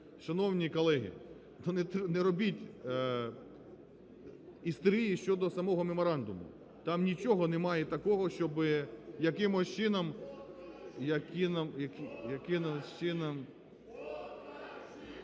Шановні колеги! Ну, не робіть істерії щодо самого меморандуму, там нічого не має такого, щоби якимось чином…